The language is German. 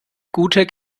guter